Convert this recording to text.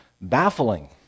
baffling